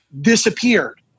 disappeared